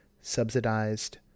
subsidized